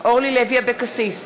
אורלי לוי אבקסיס,